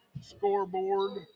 Scoreboard